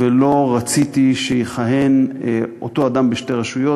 ולא רציתי שאותו אדם יכהן בשתי רשויות